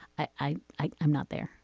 i i am not there.